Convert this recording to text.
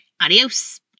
Adios